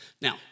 Now